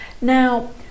Now